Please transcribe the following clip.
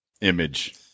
image